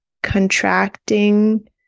Contracting